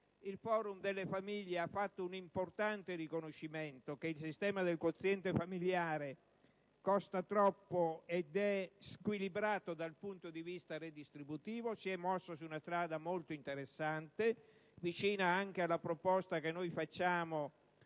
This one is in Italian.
Il *Forum* delle associazioni familiari ha riconosciuto che il sistema del quoziente familiare costa troppo ed è squilibrato dal punto di vista redistributivo. Si è dunque mosso su una strada molto interessante, vicina anche alla proposta che facciamo